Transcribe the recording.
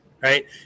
Right